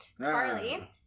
Carly